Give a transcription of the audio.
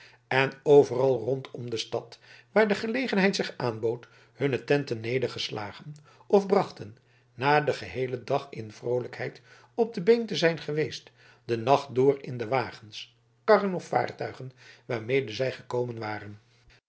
en overal rondom de stad waar de gelegenheid zich aanbood hunne tenten nedergeslagen of brachten na den geheelen dag in vroolijkheid op de been te zijn geweest den nacht door in de wagens karren of vaartuigen waarmede zij gekomen waren